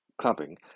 clubbing